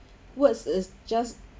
it's just